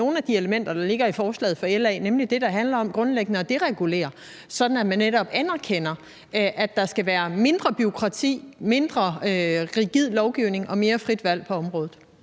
nogle af de elementer, der ligger i forslaget fra LA, bl.a. det, der handler om grundlæggende at deregulere, sådan at man netop anerkender, at der skal være mindre bureaukrati, mindre rigid lovgivning og mere frit valg på området.